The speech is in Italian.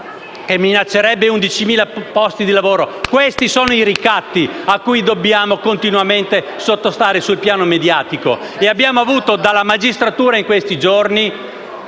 che minaccerebbe 11.000 posti di lavoro. Questi sono i ricatti a cui dobbiamo continuamente sottostare sul piano mediatico. E abbiamo avuto dalla magistratura in questi giorni